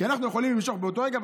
כי אנחנו יכולים למשוך באותו רגע,